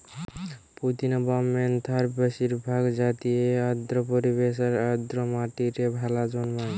পুদিনা বা মেন্থার বেশিরভাগ জাতিই আর্দ্র পরিবেশ আর আর্দ্র মাটিরে ভালা জন্মায়